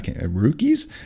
rookies